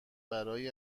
برای